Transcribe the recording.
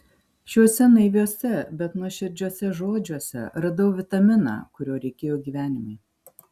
šiuose naiviuose bet nuoširdžiuose žodžiuose radau vitaminą kurio reikėjo gyvenimui